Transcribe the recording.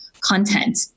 content